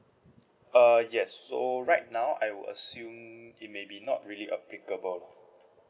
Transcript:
uh yes so right now I would assume it may be not really applicable